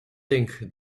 think